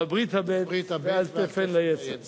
"לברית הבט ואל תפן ליצר".